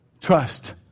Trust